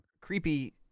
Creepy